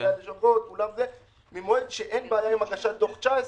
נציגי הלשכות - ממועד שאין בעיה עם הגשת דוח 19',